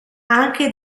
anche